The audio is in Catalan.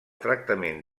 tractament